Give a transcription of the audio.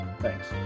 Thanks